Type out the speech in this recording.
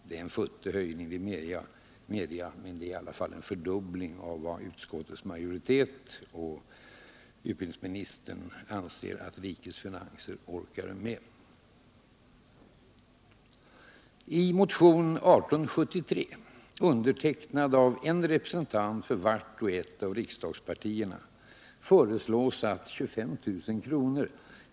Det är en futtig höjning — det medger jag — men det är ändå en fördubbling av vad utskottets majoritet och utbildningsministern anser att rikets finanser orkar med. I motionen 1873, undertecknad av en representant för vart och ett av riksdagspartierna, föreslås att 25 000 kr.